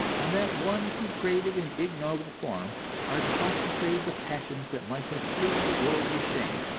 on that one degraded and ignoble form are concentrated the passions that might have filled the world with shame.